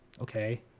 Okay